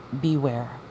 beware